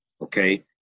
Okay